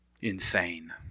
insane